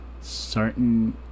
certain